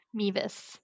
Mevis